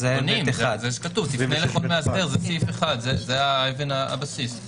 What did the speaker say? זה אבן הבסיס.